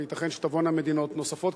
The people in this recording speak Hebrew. וייתכן שתבואנה מדינות נוספות.